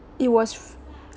it was f~